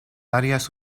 áreas